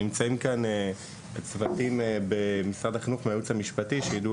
נמצאים כאן צוותים במשרד החינוך והיועץ המשפטי שידעו